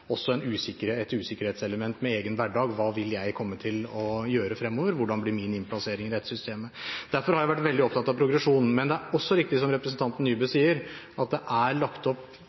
også er et usikkerhetselement med egen hverdag: Hva vil jeg komme til å gjøre fremover? Hvordan blir min innplassering i dette systemet? Derfor har jeg vært veldig opptatt av progresjonen. Men det er også riktig som representanten Nybø sier, at det er lagt opp